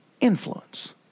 Influence